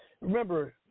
Remember